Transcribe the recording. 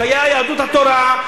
כשהיתה יהדות התורה,